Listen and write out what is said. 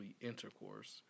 intercourse